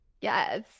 yes